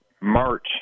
March